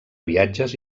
viatges